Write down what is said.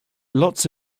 lots